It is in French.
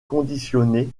conditionné